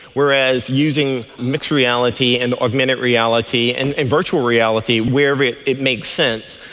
whereas using mixed reality and augmented reality and and virtual reality wherever it it makes sense,